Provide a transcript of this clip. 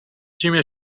جیم